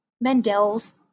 Mendel's